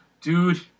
dude